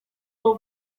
aho